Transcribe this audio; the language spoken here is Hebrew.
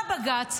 בא בג"ץ,